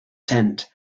tent